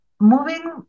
moving